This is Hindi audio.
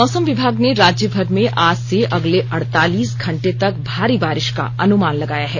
मौसम विभाग ने राज्यभर में आज से अगले अड़तालीस घंटों तक भारी बारिश का अनुमान लगाया है